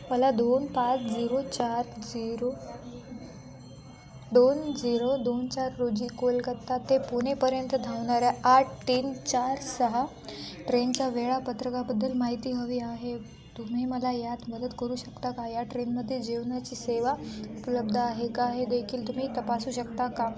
मला दोन पाच झिरो चार झिरो दोन झिरो दोन चार रोजी कोलकत्ता ते पुणेपर्यंत धावणाऱ्या आठ तीन चार सहा ट्रेनच्या वेळापत्रकाबद्दल माहिती हवी आहे तुम्ही मला यात मदत करू शकता का या ट्रेनमध्ये जेवणाची सेवा उपलब्ध आहे का हे देखील तुम्ही तपासू शकता का